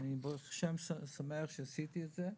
ברוך השם אני שמח שעשיתי את זה.